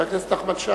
חבר הכנסת נחמן שי.